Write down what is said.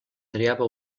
triava